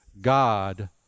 God